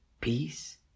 peace